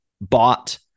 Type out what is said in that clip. bought